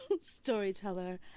storyteller